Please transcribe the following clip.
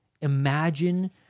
imagine